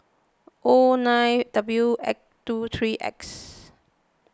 O nine W two three X